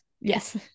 Yes